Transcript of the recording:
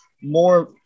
more